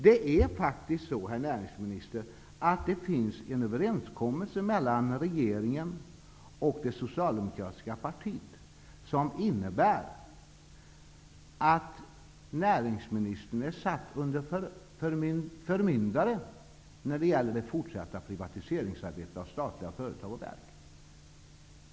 Det finns faktiskt en överenskommelse mellan regeringen och det socialdemokratiska partiet som innebär att näringsministern är satt under förmyndare när det gäller det fortsatta privatiseringsarbetet av statliga företag och verk.